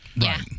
Right